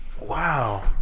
Wow